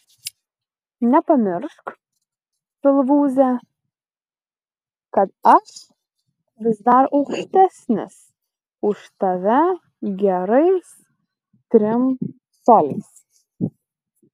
nepamiršk pilvūze kad aš vis dar aukštesnis už tave gerais trim coliais